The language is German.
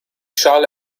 schale